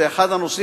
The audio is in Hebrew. זה אחד הנושאים,